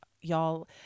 y'all